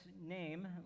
name